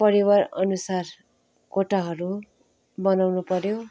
परिवारअनुसार कोठाहरू बनाउनु पऱ्यो